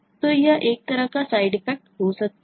तो यह एक तरह का साइड इफेक्ट हो सकता है